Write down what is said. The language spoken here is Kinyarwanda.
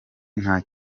nta